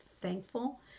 thankful